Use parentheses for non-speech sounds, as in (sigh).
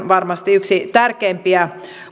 (unintelligible) varmasti yksi tärkeimpiä